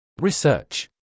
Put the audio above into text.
Research